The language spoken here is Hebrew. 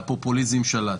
והפופוליזם שלט.